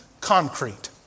concrete